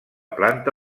planta